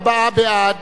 בעד,